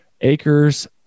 acres